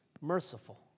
merciful